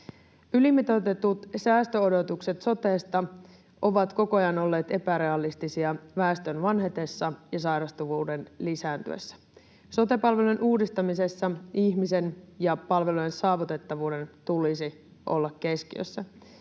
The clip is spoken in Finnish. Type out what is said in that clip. Ylimitoitetut säästöodotukset sotesta ovat koko ajan olleet epärealistisia väestön vanhetessa ja sairastavuuden lisääntyessä. Sote-palvelujen uudistamisessa ihmisen ja palvelujen saavutettavuuden tulisi olla keskiössä.